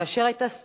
"כאשר היתה 'סטרומה'